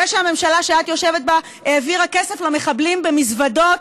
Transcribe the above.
זה שהממשלה שאת יושבת בה העבירה כסף למחבלים במזוודות,